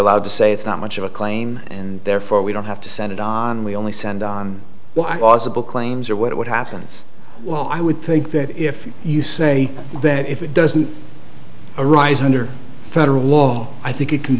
allowed to say it's not much of a claim and therefore we don't have to send it on we only send on what was a bill claims or what happens well i would think that if you say that if it doesn't arise under federal law i think it can